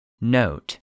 Note